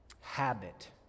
habit